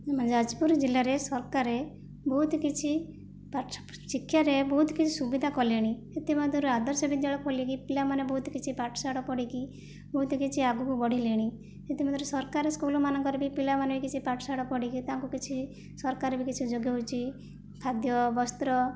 ଯାଜପୁର ଜିଲ୍ଲାରେ ସରକାର ବହୁତ କିଛି ଶିକ୍ଷାରେ ବହୁତ କିଛି ସୁବିଧା କଲେଣି ସେଥିମଧ୍ୟରୁ ଆଦର୍ଶ ବିଦ୍ୟାଳୟ ଖୋଲିକି ପିଲାମାନେ ବହୁତ କିଛି ପାଠଶାଠ ପଢ଼ିକି ବହୁତ କିଛି ଆଗକୁ ବଢ଼ିଲେଣି ସେଥିମଧ୍ୟରୁ ସରକାର ସ୍କୁଲ୍ ମାନଙ୍କରେ ବି ପିଲାମାନେ କିଛି ପାଠଶାଠ ପଢ଼ିକି ତାଙ୍କୁ କିଛି ସରକାର ବି କିଛି ଯୋଗାଉଛି ଖାଦ୍ୟ ବସ୍ତ୍ର